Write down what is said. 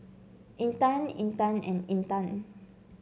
Intan Intan and Intan